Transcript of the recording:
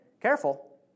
Careful